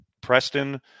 Preston